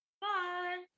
Bye